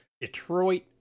Detroit